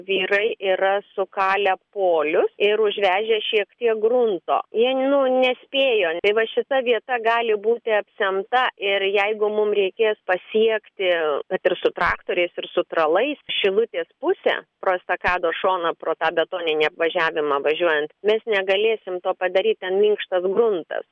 vyrai yra sukalę polius ir užvežę šiek tiek grunto jie nu nespėjo tai va šita vieta gali būti apsemta ir jeigu mum reikės pasiekti kad ir su traktoriais ir su tralais šilutės pusę pro estakados šoną pro tą betoninį apvažiavimą važiuojant mes negalėsim to padaryt ten minkštas gruntas